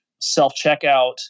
self-checkout